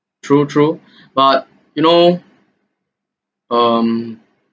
true true but you know um